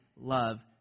love